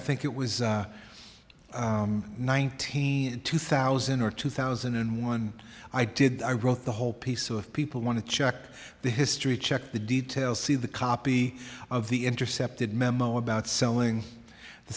think it was nineteen in two thousand or two thousand and one i did i wrote the whole piece so if people want to check the history check the details see the copy of the intercepted memo about selling the